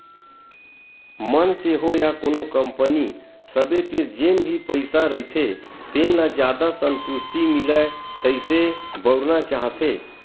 मनसे होय या कोनो कंपनी सबे तीर जेन भी पइसा रहिथे तेन ल जादा संतुस्टि मिलय तइसे बउरना चाहथे